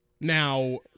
Now